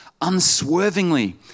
unswervingly